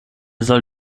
soll